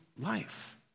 life